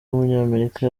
w’umunyamerika